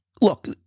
look